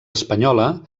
espanyola